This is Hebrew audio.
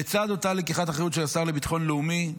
לצד אותה לקיחת אחריות של השר לביטחון הלאומי,